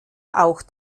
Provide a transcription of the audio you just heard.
auch